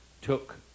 took